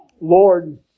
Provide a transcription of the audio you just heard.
Lord